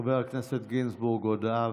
חבר הכנסת גינזבורג, הודעה.